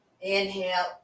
inhale